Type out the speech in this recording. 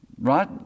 right